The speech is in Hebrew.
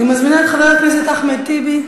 אני מזמינה את חבר כנסת אחמד טיבי,